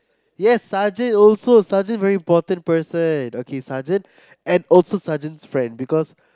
yes sergeant also sergeant very important person okay sergeant and also sergeant friend because